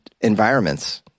environments